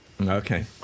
Okay